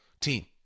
team